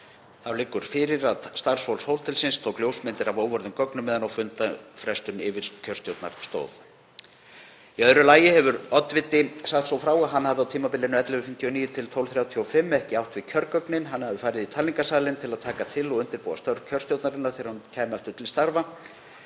Þá liggur fyrir að starfsfólk hótelsins tók ljósmyndir af óvörðum kjörgögnum meðan á fundarfrestun yfirkjörstjórnar stóð. Í öðru lagi hefur oddviti sagt svo frá að hann hafi á tímabilinu kl. 11.59 til kl. 12.35 ekki átt við kjörgögnin. Hann hafi farið í talningarsalinn til þess að taka til og undirbúa störf kjörstjórnarinnar þegar hún kæmi aftur til starfa.